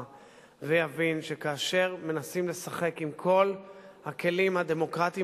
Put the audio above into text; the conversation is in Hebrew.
ויבין שכאשר מנסים לשחק עם כל הכלים הדמוקרטיים